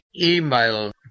email